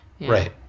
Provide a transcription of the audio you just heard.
Right